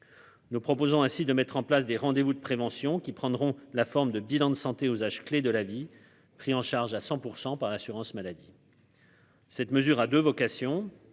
Nous proposons ainsi de mettre en place des rendez vous de prévention qui prendront la forme de bilan de santé aux âges clés de la vie, pris en charge à 100 % par l'assurance maladie. Cette mesure a de vocation,